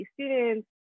students